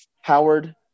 Howard